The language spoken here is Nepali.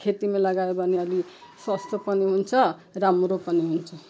खेतीमै लगायो भने अलि सस्तो पनि हुन्छ राम्रो पनि हुन्छ